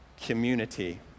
community